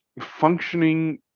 functioning